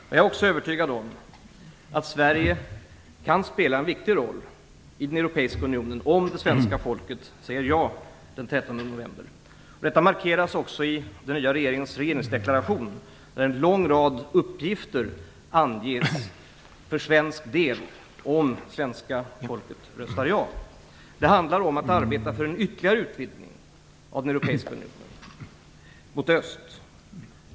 Jag är också övertygad om att Sverige kan spela en viktig roll i den europeiska unionen om det svenska folket säger ja den 13 november. Detta markeras också i den nya regeringens regeringsdeklaration. Där anges en lång rad uppgifter för svensk del om det svenska folket röstar ja. Det handlar om att arbeta för en ytterligare utvidgning av den europeiska unionen mot öst.